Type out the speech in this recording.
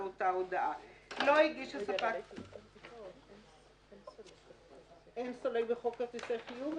אותה הודעה;" אין סולק בחוק כרטיסי חיוב?